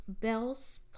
Bell's